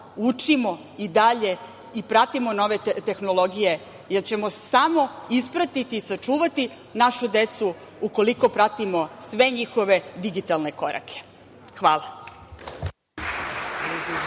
učimo i dalje i pratimo nove tehnologije, jer ćemo samo ispratiti i sačuvati našu decu ukoliko pratimo sve njihove digitalne korake. Hvala.